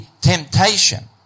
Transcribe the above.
temptation